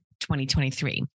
2023